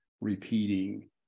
repeating